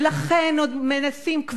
ולכן עוד מנסים,